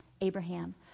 Abraham